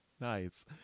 Nice